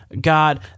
God